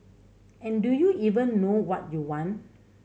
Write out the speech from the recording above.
and do you even know what you want